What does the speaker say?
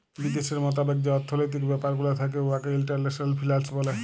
বিদ্যাশের মতাবেক যে অথ্থলৈতিক ব্যাপার গুলা থ্যাকে উয়াকে ইল্টারল্যাশলাল ফিল্যাল্স ব্যলে